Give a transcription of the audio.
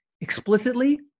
explicitly